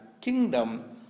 kingdom